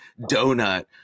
donut